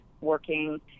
working